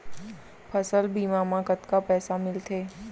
फसल बीमा म कतका पइसा मिलथे?